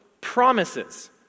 Promises